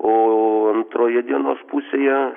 o antroje dienos pusėje